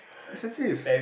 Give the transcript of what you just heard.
expensive